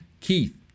Keith